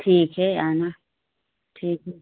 ठीक है आना ठीक है